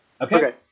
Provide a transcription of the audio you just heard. Okay